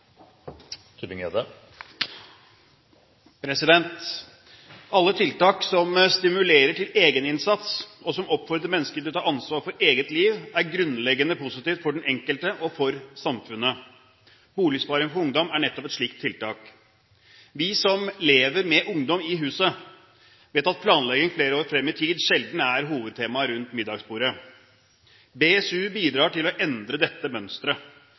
er omme. Alle tiltak som stimulerer til egeninnsats, og som oppfordrer mennesker til å ta ansvar for eget liv, er grunnleggende positivt for den enkelte og for samfunnet. Boligsparing for ungdom er nettopp et slikt tiltak. Vi som lever med ungdom i huset, vet at planlegging flere år frem i tid sjelden er hovedtema rundt middagsbordet. BSU bidrar til å endre dette